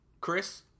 Chris